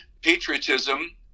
patriotism